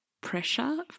pressure